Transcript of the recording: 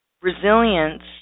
Resilience